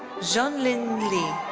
zonglin li.